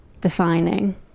defining